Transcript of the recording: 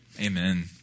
Amen